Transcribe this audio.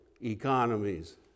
economies